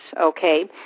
okay